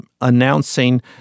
announcing